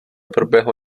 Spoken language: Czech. proběhlo